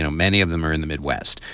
and many of them are in the midwest.